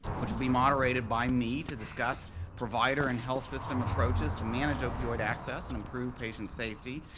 which will be moderated by me to discuss provider and health system approaches to manage opioid access and improve patient safety.